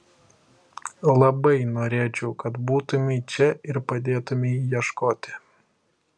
labai norėčiau kad būtumei čia ir padėtumei ieškoti